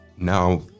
Now